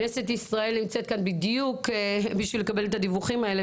כנסת ישראל נמצאת כאן בדיוק כדי לקבל את הדיווחים האלה,